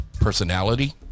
Personality